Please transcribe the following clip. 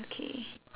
okay